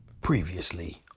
Previously